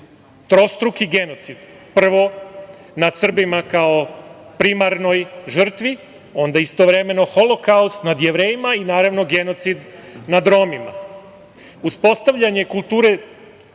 trostruki genocid, prvo, nad Srbima kao primarnoj žrtvi, onda istovremeno holokaust nad Jevrejima i naravno genocid nad Romima. Uspostavljanje kulture